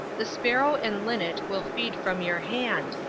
the sparrow and linnet will feed from your hand,